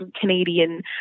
Canadian